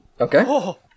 Okay